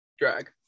Drag